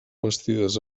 bastides